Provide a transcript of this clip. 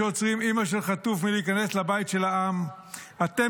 שעוצרים אימא של חטוף מלהיכנס לבית של העם --- מה זה הבית של העם?